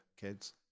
kids